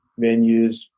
venues